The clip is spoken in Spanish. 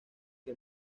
que